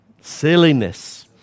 Silliness